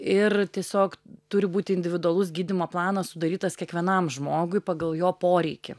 ir tiesiog turi būti individualus gydymo planas sudarytas kiekvienam žmogui pagal jo poreikį